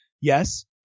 yes